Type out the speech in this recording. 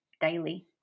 daily